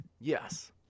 Yes